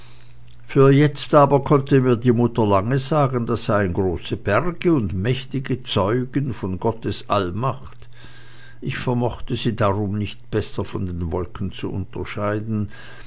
für jetzt aber konnte mir die mutter lange sagen das seien große berge und mächtige zeugen von gottes allmacht ich vermochte sie darum nicht besser von den wolken zu unterscheiden